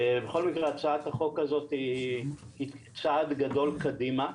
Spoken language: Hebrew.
בכל מקרה הצעת החוק הזאת היא צעד גדול קדימה.